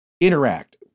interact